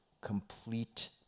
complete